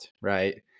right